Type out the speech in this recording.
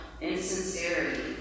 insincerity